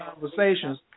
conversations